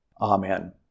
Amen